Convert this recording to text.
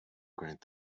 grant